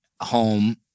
home